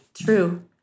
true